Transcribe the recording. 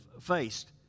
faced